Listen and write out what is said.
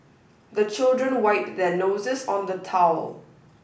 the children wipe their noses on the towel